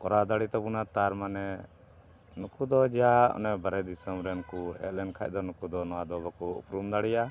ᱠᱚᱨᱟᱣ ᱫᱟᱲᱮᱭ ᱛᱟᱵᱚᱱᱟ ᱛᱟᱨ ᱢᱟᱱᱮ ᱱᱩᱠᱩ ᱫᱚ ᱡᱟ ᱚᱱᱮ ᱵᱟᱦᱨᱮ ᱫᱤᱥᱚᱢ ᱨᱮᱱ ᱠᱚ ᱦᱮᱡ ᱞᱮᱱ ᱠᱷᱟᱱ ᱫᱚ ᱱᱩᱠᱩ ᱫᱚ ᱱᱚᱣᱟ ᱫᱚ ᱵᱟᱠᱚ ᱩᱯᱨᱩᱢ ᱫᱟᱲᱮᱭᱟᱜᱼᱟ